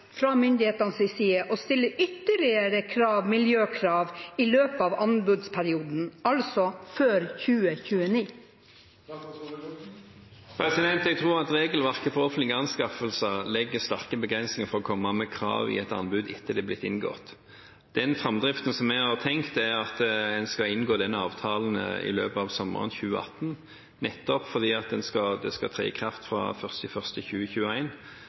fra myndighetenes side å stille ytterligere miljøkrav i løpet av anbudsperioden – altså før 2029? Jeg tror at regelverket for offentlige anskaffelser legger sterke begrensninger på å komme med krav i et anbud etter at avtale har blitt inngått. Den framdriften jeg har tenkt på, er at en skal inngå denne avtalen i løpet av sommeren 2018, fordi den skal tre i kraft fra